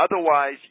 Otherwise